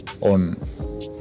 on